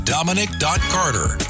Dominic.Carter